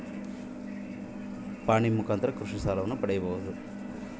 ನಾನು ಕೃಷಿ ಸಾಲವನ್ನು ಪಡೆಯೋದು ಹೇಗೆ?